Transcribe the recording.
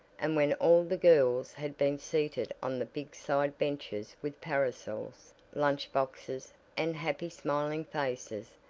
and when all the girls had been seated on the big side benches with parasols, lunch boxes and happy smiling faces,